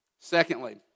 Secondly